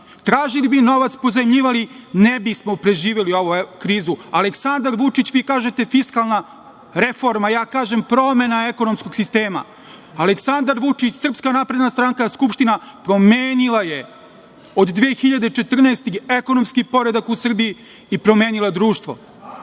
tražili bi novac, pozajmljivali, ne bismo preživeli ovu krizu. Aleksandar Vučić, vi kažete fiskalna reforma, ja kažem promena ekonomskog sistema. Aleksandar Vučić, SNS, Skupština promenila je od 2014. godine ekonomski poredak u Srbiji i promenila je društvo. Bili